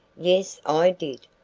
yes, i did,